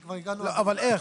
אם כבר הגענו --- אבל איך?